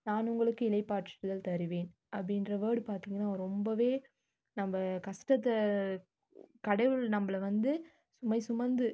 நான் உங்களுக்கு இளைப்பாற்றுதல் தருவேன் அப்படின்ற வேர்டு பார்த்திங்கன்னா ரொம்பவே நம்ம கஷ்டத்தை கடவுள் நம்மள வந்து சுமை சுமந்து